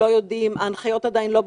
לא יודעים,